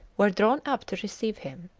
were drawn up to receive him.